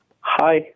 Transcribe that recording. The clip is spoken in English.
Hi